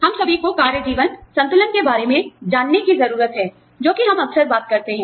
हम सभी को कार्य जीवन संतुलन के बारे में जानने की जरूरत है जोकि हम अक्सर बात करते हैं